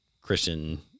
Christian